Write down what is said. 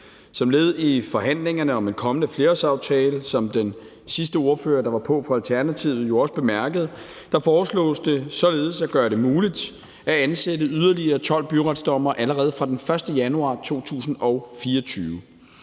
Som led i forhandlingerne om en kommende flerårsaftale, som den sidste ordfører, der var på, fra Alternativet, også bemærkede, foreslås det således at gøre det muligt at ansætte yderligere 12 byretsdommere allerede fra den 1. januar 2024.